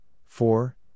four